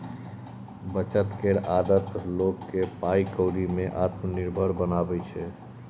बचत केर आदत लोक केँ पाइ कौड़ी में आत्मनिर्भर बनाबै छै